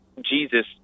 Jesus